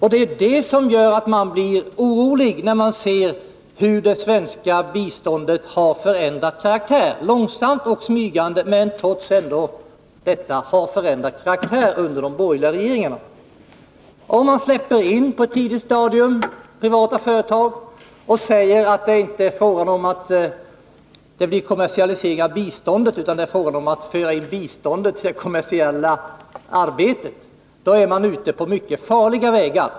Det är detta som gör att man blir orolig, när man ser hur det svenska biståndet, i och för sig långsamt och smygande, har ändrat karaktär under de borgerliga regeringarna. Om man på ett tidigt stadium släpper in privata företag men säger att det inte är fråga om en kommersialisering av biståndet utan om att föra in biståndet i det kommersiella arbetet, då är man inne på mycket farliga vägar.